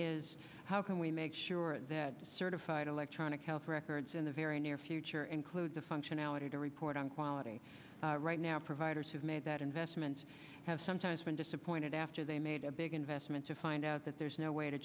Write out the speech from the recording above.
is how can we make sure that certified electronic health records in the very near future include the functionality to report on quality right now providers have made that investments have sometimes been disappointed after they made a big investment to find out that there's no way to